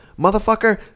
motherfucker